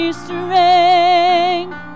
strength